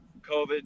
COVID